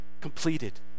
completed